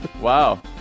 Wow